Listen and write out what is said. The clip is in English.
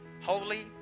holy